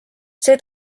see